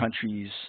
countries